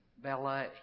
ballet